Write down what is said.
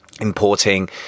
importing